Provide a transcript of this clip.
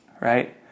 right